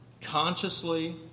consciously